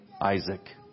Isaac